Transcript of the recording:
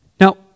Now